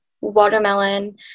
watermelon